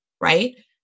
Right